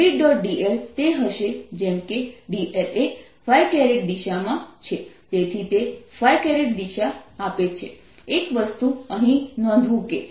dl તે હશે જેમ કે dl એ દિશામાં છે તેથી તે દિશા આપે છે એક વસ્તુ અહીં નોંધવું કે